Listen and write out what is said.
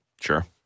Sure